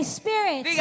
spirit